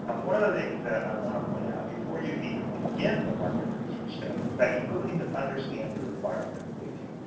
ah but one of the things that i want to point out, before you can even begin the market research step is that you really need to understand your requirement completely.